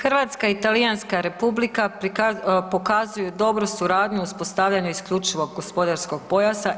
Hrvatska i Talijanska Republika pokazuju dobru suradnju u uspostavljanju isključivog gospodarskog pojasa.